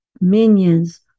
minions